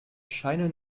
scheine